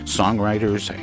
songwriters